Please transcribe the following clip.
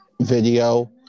video